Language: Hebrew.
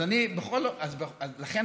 לכן,